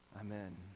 Amen